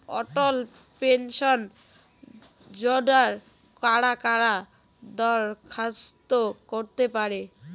অটল pension যোজনায় কারা কারা দরখাস্ত করতে পারে?